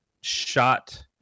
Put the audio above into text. shot